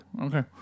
Okay